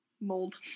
Mold